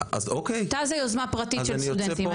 תא זו יוזמה פרטית של סטודנטים,